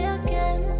again